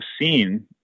seen